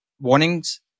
warnings